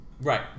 right